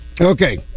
Okay